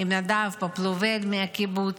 עם נדב פופלוול מהקיבוץ.